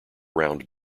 round